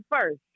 first